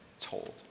told